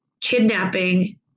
kidnapping